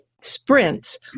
sprints